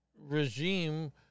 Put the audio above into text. regime